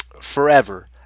forever